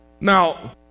Now